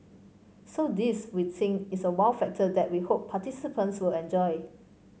so this we think is a wow factor that we hope participants will enjoy